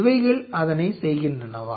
இவைகள் அதனை செய்கின்றனவா